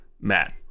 matt